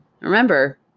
Remember